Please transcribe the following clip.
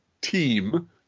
team